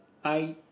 I